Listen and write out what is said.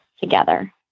together